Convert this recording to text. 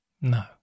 No